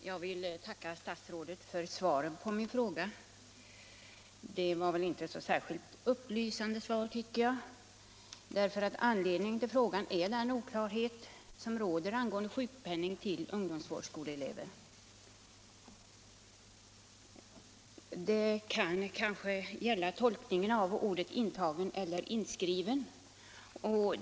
Herr talman! Jag tackar statsrådet för svaret på min fråga. Det var väl inte så särskilt upplysande i vad gäller den oklarhet som råder angående sjukpenning till ungdomsvårdsskoleelever. Den kan kanske gälla tolkningen av orden intagen eller inskriven.